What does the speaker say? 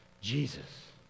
Jesus